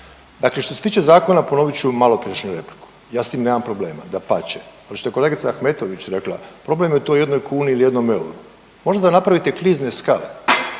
Dakle što se tiče zakona ponovit ću maloprijašnju repliku, ja s tim nemam problema, dapače. Ono što je kolegica Ahmetović rekla problem je u toj jednoj kuni ili jednom euru, možda da napravite klizne skale,